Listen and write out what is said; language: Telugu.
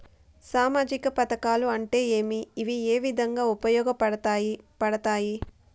సామాజిక పథకాలు అంటే ఏమి? ఇవి ఏ విధంగా ఉపయోగపడతాయి పడతాయి?